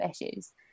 issues